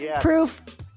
Proof